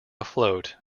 afloat